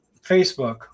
Facebook